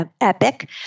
Epic